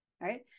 right